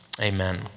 amen